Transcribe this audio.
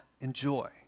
enjoy